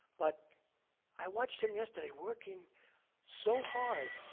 but i watched him yesterday working so hard